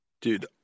dude